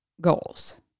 goals